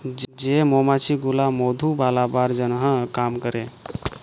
যে মমাছি গুলা মধু বালাবার জনহ কাম ক্যরে